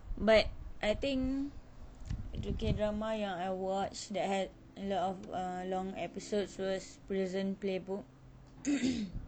but I think the K drama yang I watched that had a lot of err long episodes was prison playbook